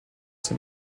ses